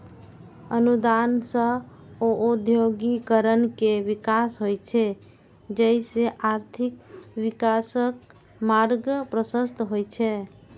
अनुदान सं औद्योगिकीकरण के विकास होइ छै, जइसे आर्थिक विकासक मार्ग प्रशस्त होइ छै